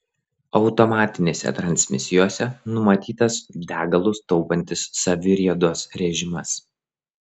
automatinėse transmisijose numatytas degalus taupantis saviriedos režimas